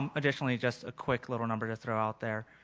um additionally, just a quick little number to throw out there.